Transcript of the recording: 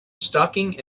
stalking